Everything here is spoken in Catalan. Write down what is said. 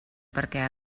perquè